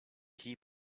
heap